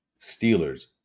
Steelers